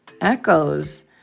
echoes